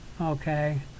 Okay